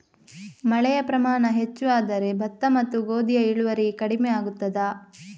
ಮಳೆಯ ಪ್ರಮಾಣ ಹೆಚ್ಚು ಆದರೆ ಭತ್ತ ಮತ್ತು ಗೋಧಿಯ ಇಳುವರಿ ಕಡಿಮೆ ಆಗುತ್ತದಾ?